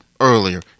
earlier